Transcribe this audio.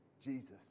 Jesus